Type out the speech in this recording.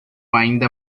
ainda